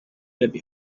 列表